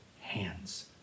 hands